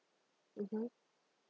mmhmm